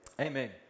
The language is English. Amen